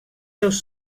seus